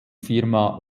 firma